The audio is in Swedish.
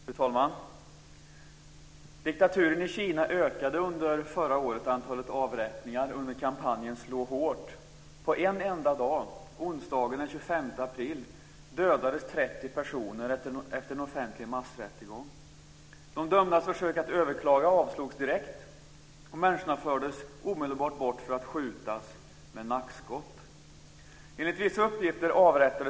Fru talman! Diktaturen i Kina ökade under förra året antalet avrättningar, under kampanjen Slå hårt. På en enda dag, onsdagen den 25 april, dödades 30 personer efter en offentlig massrättegång. De dömdas försök att överklaga avslogs direkt, och människorna fördes omedelbart bort för att skjutas med nackskott.